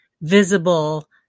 visible